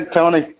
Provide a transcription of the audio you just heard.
Tony